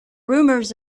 rumors